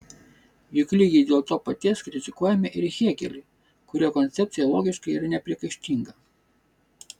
juk lygiai dėl to paties kritikuojame ir hėgelį kurio koncepcija logiškai yra nepriekaištinga